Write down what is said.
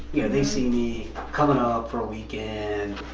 you know, they see me coming up for a weekend,